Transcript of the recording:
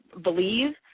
believe